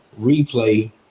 replay